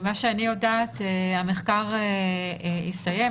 ממה שאני יודעת, המחקר הסתיים.